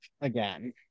again